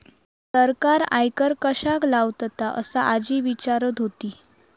सरकार आयकर कश्याक लावतता? असा आजी विचारत होती